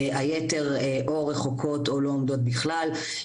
היתר או רחוקות או לא עומדות בכלל.